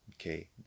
Okay